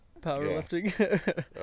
powerlifting